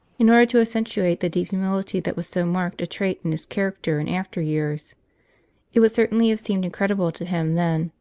in order to accentuate the deep humility that was so marked a trait in his character in after-years. it would certainly have seemed incredible to him then,